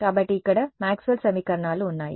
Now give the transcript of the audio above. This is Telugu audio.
కాబట్టి ఇక్కడ మాక్స్వెల్ సమీకరణాలు ఉన్నాయి